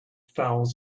fouls